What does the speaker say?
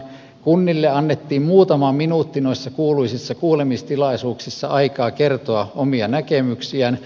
kunnille annettiin muutama minuutti noissa kuuluisissa kuulemistilaisuuksissa aikaa kertoa omia näkemyksiään